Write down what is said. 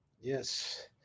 Yes